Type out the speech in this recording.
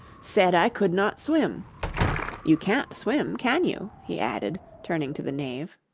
said i could not swim you can't swim, can you he added, turning to the knave.